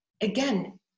again